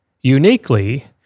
Uniquely